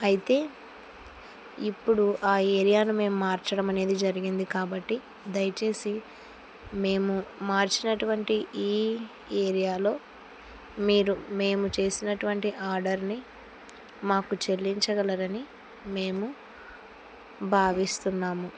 అయితే ఇప్పుడు ఆ ఏరియాను మేము మార్చడం అనేది జరిగింది కాబట్టి దయచేసి మేము మార్చినటువంటి ఈ ఏరియాలో మీరు మేము చేసినటువంటి ఆర్డర్ని మాకు చెల్లించగలరని మేము భావిస్తున్నాము